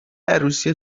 عروسی